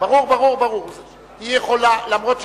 חבר הכנסת פלסנר, היא יכולה לעלות למעלה לדבר?